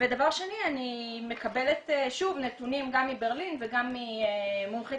אני מקבלת שוב נתונים גם מברלין וגם ממומחית